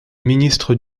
ministre